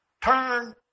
Turn